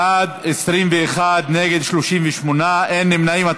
בעד, 21, נגד, 38, אין נמנעים.